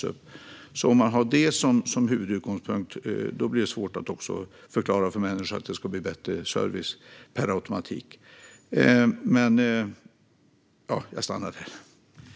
Har man det som utgångspunkt blir det svårt att också förklara för människor att de per automatik ska får bättre service.